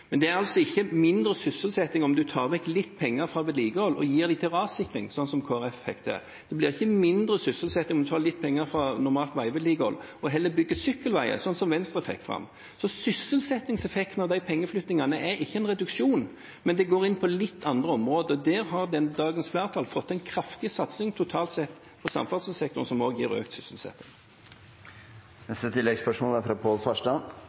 Men det er altså ikke mindre sysselsetting om du tar vekk litt penger fra vedlikehold og gir dem til rassikring, sånn som Kristelig Folkeparti fikk til. Det blir ikke mindre sysselsetting om man tar litt penger fra normalt veivedlikehold og heller bygger sykkelveier, sånn som Venstre fikk fram. Sysselsettingseffekten av de pengeflyttingene er ikke en reduksjon, men de går inn på litt andre områder. Der har dagens flertall fått til en kraftig satsing totalt sett på samferdselssektoren som også gir økt sysselsetting. Pål Farstad